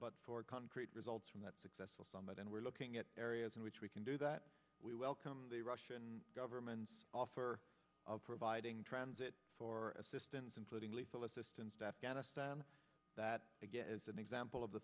but for concrete results from that successful summit and we're looking at areas in which we can do that we welcome the russian government's offer of providing transit for assistance including lethal assistance to afghanistan that again as an example of the